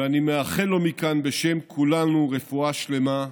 ואני מאחל לו מכאן בשם כולנו רפואה שלמה,